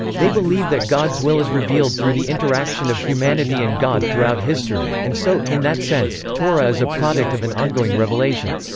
they believe that god's will is revealed through the interaction of humanity and god throughout history, and so, in that sense, torah is a product of an ongoing revelation.